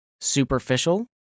superficial